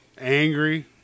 Angry